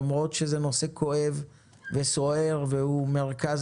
למרות שזה נושא כואב וסוער והוא מרכז